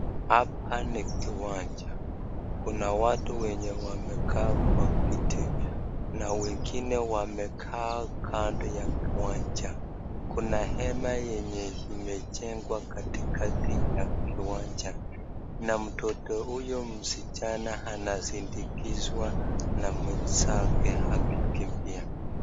Hapa ni kiwanja, kuna watu wenye wamekaa kwa kiti .na wengine wamekaa kando ya kiwanja. kuna hema yenye imejegwa katikati ya kiwanja .na mtoto huyo msichana anazindikizwa na mwenzake akikimbia.